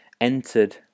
entered